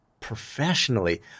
professionally